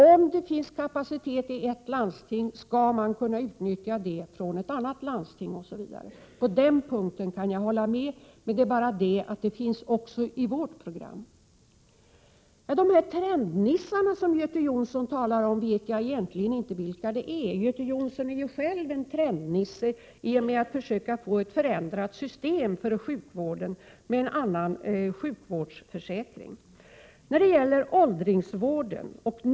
Om det finns kapacitet i ett landsting, skall man kunna utnyttja den i ett annat landsting. På den punkten kan jag hålla med. Men det är bara det att den också finns i vårt program. Jag vet egentligen inte vilka dessa ”trendnissar” är som Göte Jonsson talar om. Göte Jonsson är ju själv en ”trendnisse” i och med att han försöker få till stånd ett förändrat system för sjukvården genom en annan sjukvårdsförsäkring.